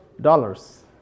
dollars